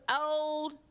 old